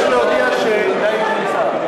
אדוני היושב-ראש,